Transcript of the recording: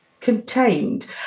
contained